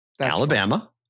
Alabama